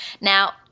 Now